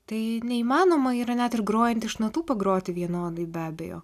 tai neįmanoma yra net grojant iš natų pagroti vienodai be abejo